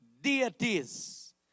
deities